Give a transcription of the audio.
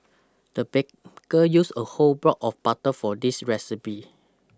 the baker used a whole block of butter for this recipe